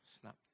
Snap